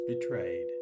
betrayed